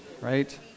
right